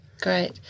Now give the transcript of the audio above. great